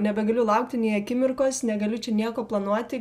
nebegaliu laukti nei akimirkos negaliu čia nieko planuoti